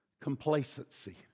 Complacency